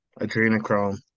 Adrenochrome